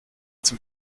zum